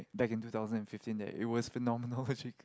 back in two thousand and fifteen that it was phenomenal logic~